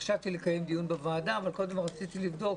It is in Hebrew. חשבתי לקיים דיון בוועדה, אבל קודם כל רציתי לבדוק